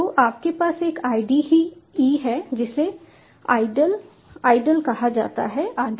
तो आपके पास एक IDE है जिसे आइडल आइडल कहा जाता है आदि